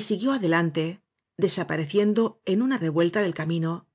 siguió adelante desapareciendo en una revuelta del camino